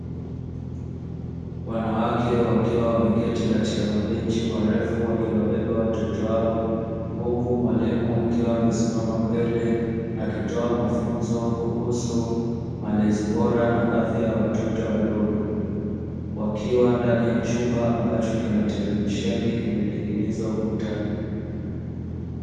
Wanawake wakiwa wameketi katika mabenchi marefu wakiwabeba watoto wao . Huku mwalimu akiwa amesimama mbele akitoa mafunzo kuhusu malezi bora na afya ya watoto wadogo . Wakiwa ndani ya chumba ambacho kina televisheni imeninginizwa ukutani.